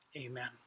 Amen